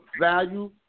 value